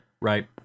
Right